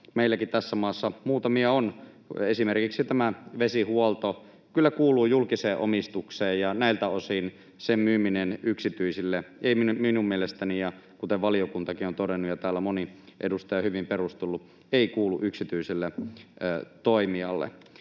meilläkin tässä maassa muutamia on, esimerkiksi tämä vesihuolto, kuuluvat kyllä julkiseen omistukseen. Näiltä osin myyminen yksityisille toimijoille ei minun mielestäni kuulu asiaan, kuten valiokuntakin on todennut ja täällä moni edustaja hyvin perustellut. Ja kuten totesin, niin